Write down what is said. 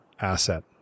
asset